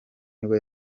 nibwo